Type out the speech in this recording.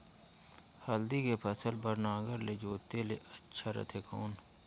हल्दी के फसल बार नागर ले जोते ले अच्छा रथे कौन?